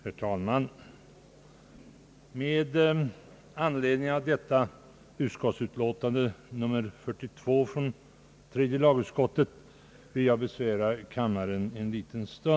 Herr talman! Med anledning av tredje lagutskottets utlåtande nr 42 vill jag besvära kammaren en liten stund.